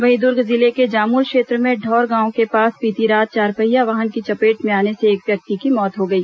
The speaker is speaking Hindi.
वहीं दुर्ग जिले के जामुल क्षेत्र में ढौर गांव के पास बीती रात चारपहिया वाहन की चपेट में आने से एक व्यक्ति की मौत हो गई